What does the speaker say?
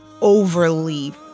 overly